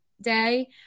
day